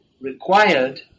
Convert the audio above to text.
required